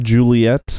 Juliet